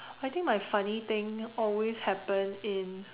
I think my funny thing always happen in